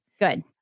Good